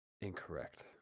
Incorrect